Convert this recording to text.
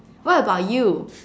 what about you